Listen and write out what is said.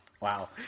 Wow